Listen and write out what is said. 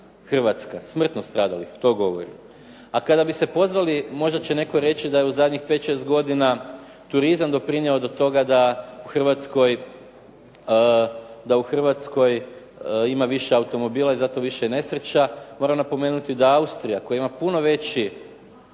Hrvatska, smrtno stradalih, to govorim. A kada biste pozvali, možda će netko reći da je u zadnjih 5, 6 godina turizam doprinio do toga da u Hrvatskoj ima više automobila i zato i više nesreća, moram napomenuti da Austrija koja ima puno veći